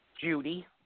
Judy